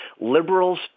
Liberals